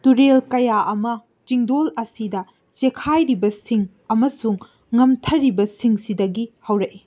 ꯇꯨꯔꯦꯜ ꯀꯌꯥ ꯑꯃ ꯆꯤꯡꯗꯣꯜ ꯑꯁꯤꯗ ꯆꯦꯈꯥꯏꯔꯤꯕꯁꯤꯡ ꯑꯃꯁꯨꯡ ꯉꯝꯊꯔꯤꯕꯁꯤꯡꯁꯤꯗꯒꯤ ꯍꯧꯔꯛꯏ